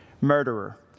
Murderer